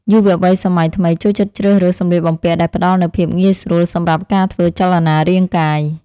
យុវវ័យសម័យថ្មីចូលចិត្តជ្រើសរើសសម្លៀកបំពាក់ដែលផ្ដល់នូវភាពងាយស្រួលសម្រាប់ការធ្វើចលនារាងកាយ។